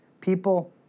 people